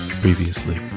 Previously